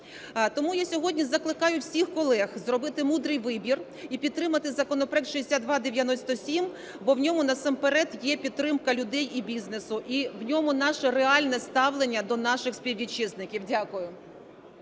Тому я сьогодні закликаю всіх колег зробити мудрий вибір і підтримати законопроект 6297, бо в ньому насамперед є підтримка людей і бізнесу, і в ньому наше реальне ставлення до наших співвітчизників. Дякую.